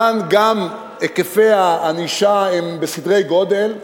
כאן גם היקפי הענישה הם בסדרי גודל,